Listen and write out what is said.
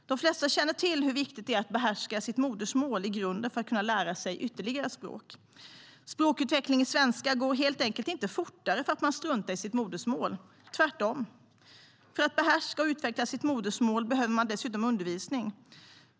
De flesta känner till hur viktigt det är att behärska sitt modersmål i grunden för att kunna lära sig ytterligare språk. Språkutveckling i svenska går helt enkelt inte fortare för att man struntar i sitt modersmål, tvärtom. För att behärska och utveckla sitt modersmål behöver man dessutom undervisning.